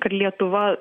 kad lietuva